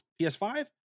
PS5